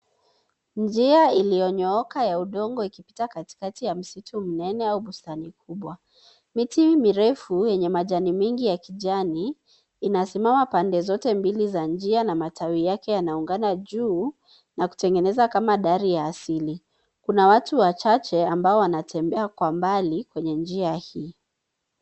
Njia iliyonyooka ya udongo ikipita katikati ya msitu mnene au bustani kubwa. Miti mirefu yenye majani mengi ya kijani inasimama pande zote mbili za njia na matawi yake yanaungana juu na kutengeneza kama dari ya asili. Kuna watu wachache ambao wanatembea kwa mbali kwenye njia hii.